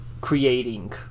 creating